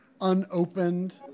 unopened